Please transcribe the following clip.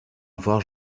avoir